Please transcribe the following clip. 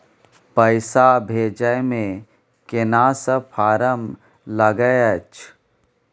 पैसा भेजै मे केना सब फारम लागय अएछ?